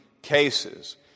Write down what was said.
cases